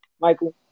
Michael